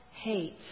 hate